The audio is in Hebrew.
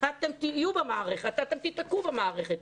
אתם תיתקעו במערכת,